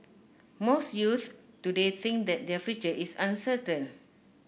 most youths today think that their future is uncertain